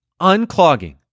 unclogging